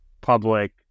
public